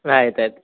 ಆಯ್ತು ಆಯಿತು